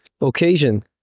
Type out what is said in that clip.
occasion